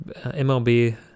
MLB